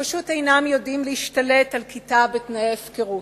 שפשוט אינם יודעים להשתלט על כיתה בתנאי הפקרות.